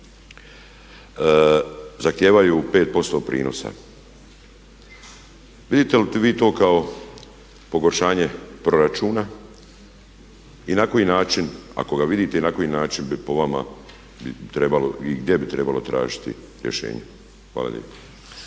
zahtijevaju 5% prinosa? Vidite li vi to kao pogoršanje proračuna i na koji način, ako ga vidite i na koji način bi po vama trebao i gdje bi trebalo tražiti rješenje? Hvala lijepa.